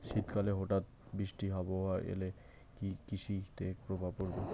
শীত কালে হঠাৎ বৃষ্টি আবহাওয়া এলে কি কৃষি তে প্রভাব পড়বে?